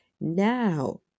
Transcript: now